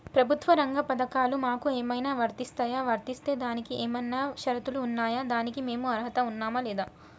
ప్రభుత్వ రంగ పథకాలు మాకు ఏమైనా వర్తిస్తాయా? వర్తిస్తే దానికి ఏమైనా షరతులు ఉన్నాయా? దానికి మేము అర్హత ఉన్నామా లేదా?